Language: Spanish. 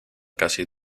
casi